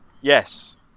yes